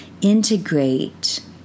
integrate